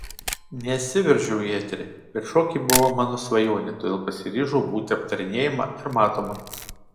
nesiveržiau į eterį bet šokiai buvo mano svajonė todėl pasiryžau būti aptarinėjama ir matoma